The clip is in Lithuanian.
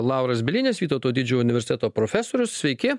lauras bielinis vytauto didžiojo universiteto profesorius sveiki